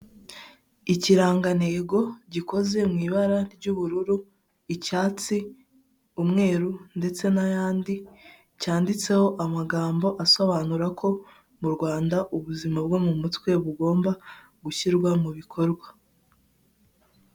Ikirangantego gikoze mu ibara ry'ubururu, icyatsi, umweru ndetse n'ayandi, cyanditseho amagambo asobanura ko mu Rwanda ubuzima bwo mu mutwe bugomba gushyirwa mu bikorwa.